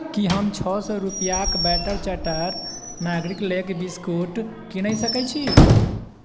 की हम छओ सए रूपैयाक बैटर चैटर नागरिकेलक बिस्कुट कीनै सकैत छी